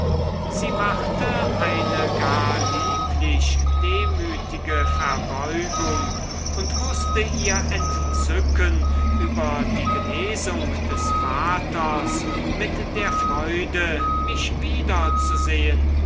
sie machte eine gar lieblich demütige verbeugung und wußte ihr entzücken über die genesung des vaters mit der freude mich wiederzusehen